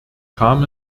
kam